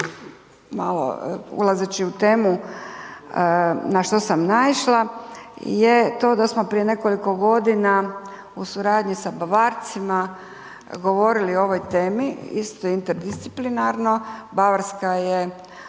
malo ulazeći u temu na što sam naišla je to da smo prije nekoliko godina u suradnji sa Bavarcima govorili o ovoj temi isto interdisciplinarno, Bavarska je